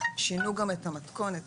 שינו גם את המתכונת,